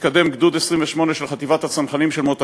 התקדם גדוד 28 של חטיבת הצנחנים של מוטה